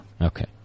Okay